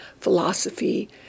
philosophy